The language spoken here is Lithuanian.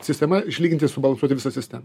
sistema išlyginti subalansuoti visą sistemą